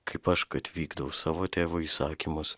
kaip aš kad vykdau savo tėvo įsakymus